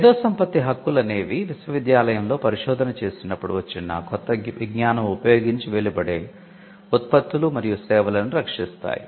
మేధో సంపత్తి హక్కులు అనేవి విశ్వవిద్యాలయంలో పరిశోధన చేసినప్పుడు వచ్చిన కొత్త విజ్ఞానం ఉపయోగించి వెలువడే ఉత్పత్తులు మరియు సేవలను రక్షిస్తాయి